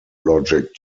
logic